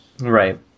Right